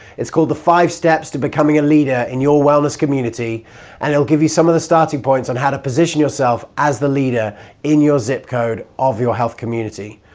it's called the five steps to becoming a leader in your wellness community and i'll give you some of the starting points on how to position yourself as the leader in your zip code of your health community.